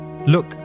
Look